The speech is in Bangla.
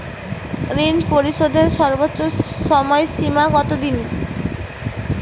ঋণ পরিশোধের সর্বোচ্চ সময় সীমা কত দিন?